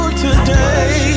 today